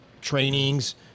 trainings